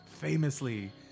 famously